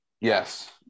Yes